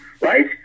Right